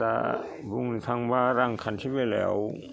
दा बुंनो थांबा रांखान्थि बेलायाव